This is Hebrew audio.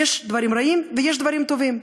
יש דברים רעים ויש דברים טובים.